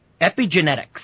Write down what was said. epigenetics